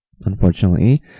unfortunately